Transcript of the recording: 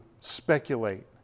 speculate